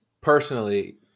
personally